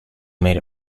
made